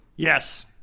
Yes